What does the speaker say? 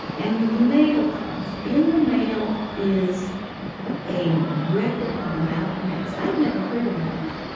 and the mail comes. in the mail is a record of malcolm x. i'd never heard of malcolm.